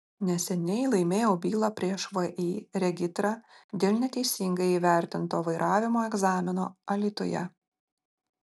neseniai laimėjau bylą prieš vį regitra dėl neteisingai įvertinto vairavimo egzamino alytuje